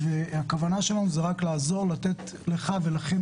הכוונה שלנו היא רק לעזור ולתת לך ולכם